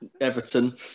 everton